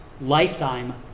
lifetime